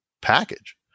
package